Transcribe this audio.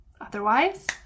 Otherwise